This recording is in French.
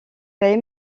paye